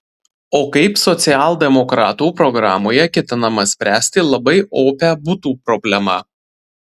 o kaip socialdemokratų programoje ketinama spręsti labai opią butų problemą